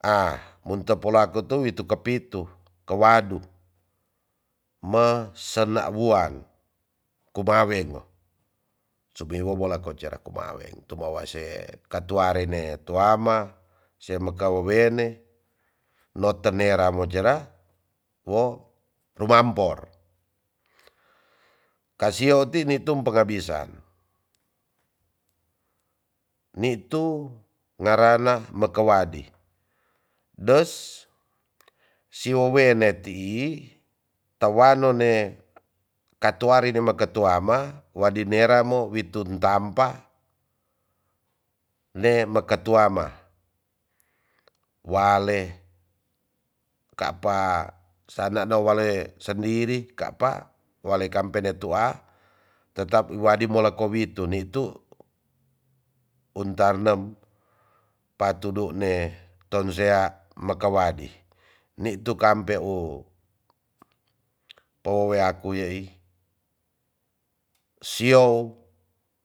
a munte polako to witu kapitu kawadu me sena wuan kumawen o sumewa wola ko cera kumaweng tumawase katuare ne tuama semaka wowene no tenera mo jera wo rumampor kasio ti nitum pekabisan nitu ngarana makawadi das si wowene tii tawano ne katuari de maka tuama wadinera mo witum tampa le maka tuama wale kapa sanana wale sendiri kapa wale kampene tua tetap iwadi moleka witu nitu untarnem patudune tonsea maka wadi nitu kampe u powowe yaku yai siow